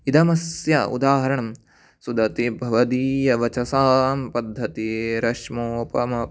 इदमस्य उदाहरणं सुदति भवदीयवचसां पद्धती रश्मोपमः